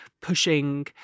pushing